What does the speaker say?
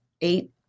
eight